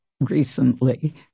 recently